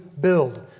build